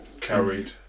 carried